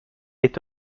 est